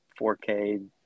4k